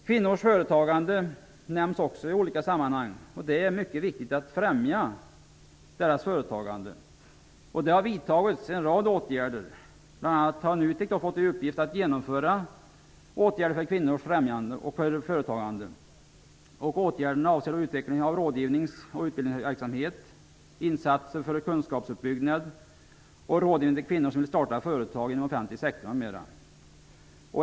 Kvinnors företagande nämns också i olika sammanhang. Det är mycket viktigt att främja deras företagande. Det har vidtagits en rad åtgärder. Bl.a. har NUTEK fått i uppgift att genomföra åtgärder för att främja kvinnors företagande. Åtgärderna avser utveckling av rådgivnings och utbildningsverksamhet, insatser för kunskapsuppbyggnad och rådgivning till kvinnor som vill starta företag inom offentlig sektor m.m.